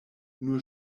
nur